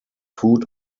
food